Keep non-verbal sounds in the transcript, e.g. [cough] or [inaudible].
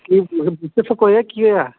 [unintelligible] ਕੀ ਹੋਇਆ